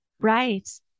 Right